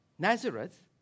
Nazareth